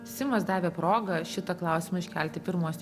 simas davė progą šitą klausimą iškelt į pirmus